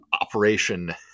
operation